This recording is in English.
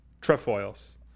Trefoils